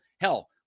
hell